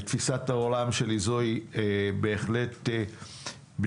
בתפיסת העולם שלי זוהי בהחלט בדיחה.